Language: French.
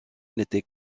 n’était